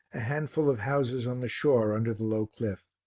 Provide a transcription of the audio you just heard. a handful of houses on the shore under the low cliff.